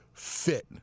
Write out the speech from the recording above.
fit